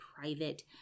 private